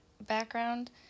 background